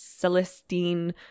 Celestine